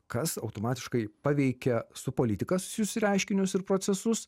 kas automatiškai paveikia su politika susijusius reiškinius ir procesus